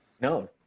No